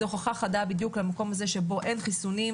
זו הוכחה חדה בדיוק למקום הזה שבו אין חיסונים,